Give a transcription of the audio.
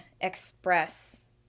express